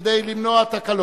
כדי למנוע תקלות.